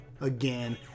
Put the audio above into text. again